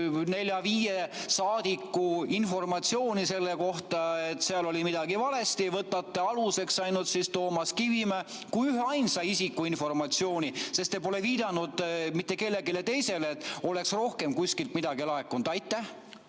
saadiku informatsiooni selle kohta, et seal oli midagi valesti, vaid võtate aluseks ainult Toomas Kivimäe kui üheainsa isiku informatsiooni. Te pole viidanud mitte kellelegi teisele, et oleks rohkem kuskilt midagi laekunud. Aitäh,